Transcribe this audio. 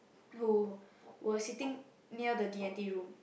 who were sitting near the D-and-T room